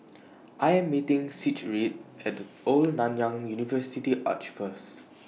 I Am meeting Sigrid At The Old Nanyang University Arch First